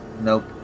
Nope